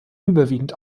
überwiegend